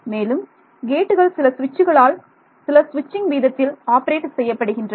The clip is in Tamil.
மேலும் கேட்டுகள் சில சுவிட்சுகளால் சில சுவிட்சிங் வீதத்தில் ஆப்ரேட் செய்யப்படுகின்றன